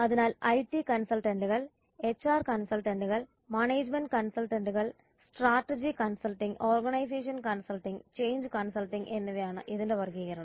അതിനാൽ ഐടി കൺസൾട്ടന്റുകൾ എച്ച്ആർ കൺസൾട്ടന്റുകൾ മാനേജ്മെന്റ് കൺസൾട്ടന്റുകൾ strategy consulting organization consulting change consulting എന്നിവയാണ് ഇതിന്റെ വർഗീകരണം